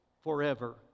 forever